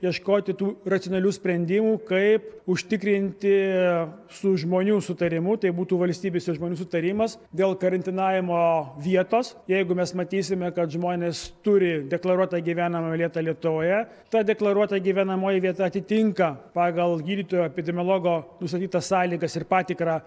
ieškoti tų racionalių sprendimų kaip užtikrinti su žmonių sutarimu tai būtų valstybės ir žmonių sutarimas dėl karantinavimo vietos jeigu mes matysime kad žmonės turi deklaruotą gyvenamąją vietą lietuvoje ta deklaruota gyvenamoji vieta atitinka pagal gydytojo epidemiologo nustatytas sąlygas ir patikrą